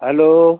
hello